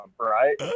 right